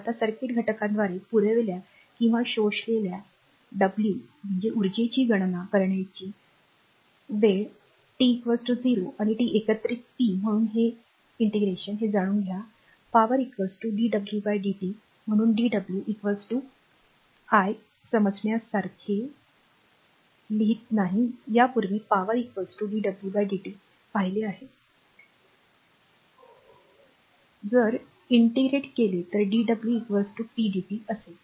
आता सर्किट घटकाद्वारे पुरविल्या किंवा शोषलेल्या w उर्जाची गणना करण्यासाठी दहा वेळ टी 0 आणि टी एकत्रित पी म्हणून हे जाणून घ्या पॉवर dwdt म्हणून dw मी समजण्यासारखे लिहित नाही यापूर्वी पॉवर dwdt पाहिली आहे जर इंटेग्रट केले तर dw pdt असेल